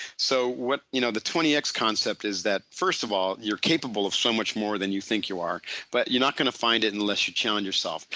so, you know the twenty x concept is that first of all you're capable of so much more than you think you are but you're not going to find it unless you challenge yourself.